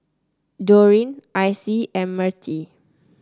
Doreen Icie and Mertie